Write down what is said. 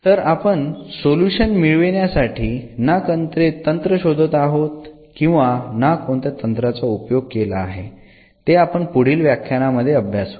तर आपण सोल्युशन मिळविण्यासाठी ना कोणते तंत्र शोधत आहोत किंवा ना कोणत्या तंत्राचा उपयोग केला आहे ते आपण पुढील व्याख्यानामध्ये अभ्यासू